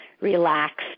relaxed